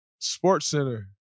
SportsCenter